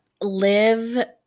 live